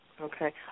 Okay